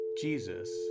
Jesus